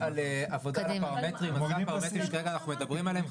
מדובר פה על עבודה על הפרמטרים שכרגע אנחנו כרגע מדברים עליהם.